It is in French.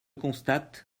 constate